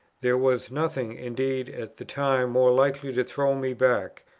there was nothing, indeed, at the time more likely to throw me back.